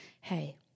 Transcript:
hey